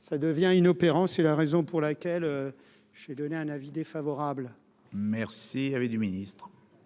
ça devient inopérant, c'est la raison pour laquelle j'ai donné un avis défavorable. Merci avait du ministre.